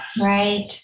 Right